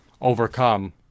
overcome